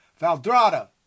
Valdrada